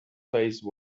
face